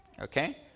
Okay